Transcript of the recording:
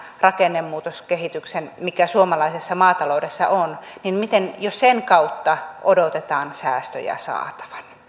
rakennemuutoskehityksen mikä suomalaisessa maataloudessa on kautta odotetaan säästöjä saatavan